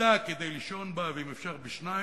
"מיטה כדי לישון בה, ואם אפשר בשניים",